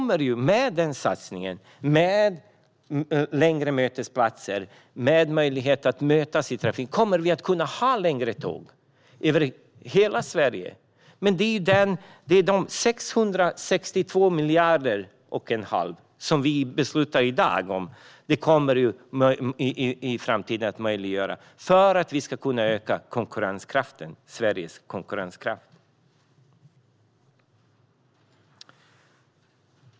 Med en sådan satsning och med längre mötesplatser, med möjligheter att mötas i trafiken, går det att ha längre tåg över hela Sverige. Med de 662 1⁄2 miljarderna som vi beslutar om i dag blir det i framtiden möjligt att öka Sveriges konkurrenskraft.